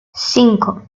cinco